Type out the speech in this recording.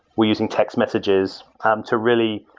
we're using text messages to really,